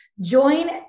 Join